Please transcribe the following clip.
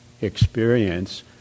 experience